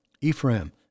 Ephraim